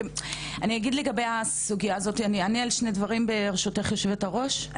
כי אני אגיד שני דברים ברשותך יושבת הראש.